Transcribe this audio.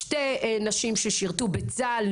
שתי נשים ששירתו בצה"ל